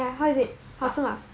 the food sucks